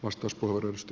herr talman